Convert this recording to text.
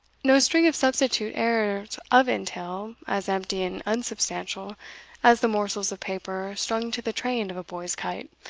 no string of substitute heirs of entail, as empty and unsubstantial as the morsels of paper strung to the train of a boy's kite,